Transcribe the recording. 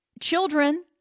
children